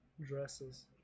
dresses